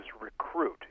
recruit